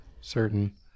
certain